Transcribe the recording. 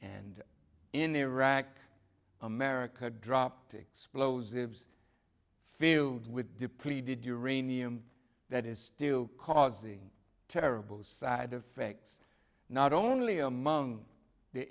and in iraq america dropped explosives field with depleted uranium that is still causing terrible side effects not only among the